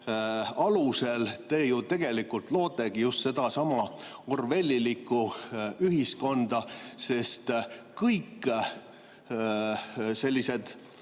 alusel te ju lootegi just sedasama orwellilikku ühiskonda, sest kõik sellised